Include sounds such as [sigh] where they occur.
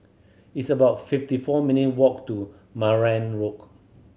it's about fifty four minute walk to Marang [unintelligible]